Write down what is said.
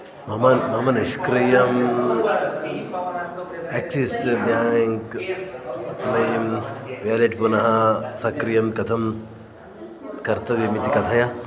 मम मम निष्क्रियम् एक्सिस् बेङ्क् लैं वेलेट् पुनः सक्रियं कथं कर्तव्यमिति कथय